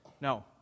No